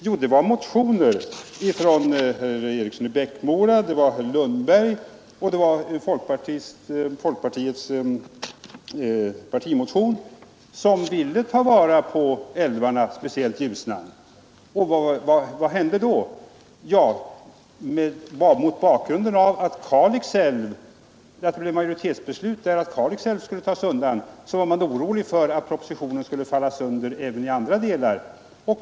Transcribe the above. Jo, det skedde med anledning av motioner från herr Eriksson i Bäckmora och från herr Lundberg och med anledning av folkpartiets partimotion, som syftade till bevarande av älvarna, speciellt Ljusnan. Och vad hände då? Jo, mot bakgrunden av majoritetsbeslutet att Kalix älv skulle undantas var man orolig för att propositionen skulle falla även i andra delar.